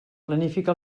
planifica